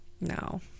No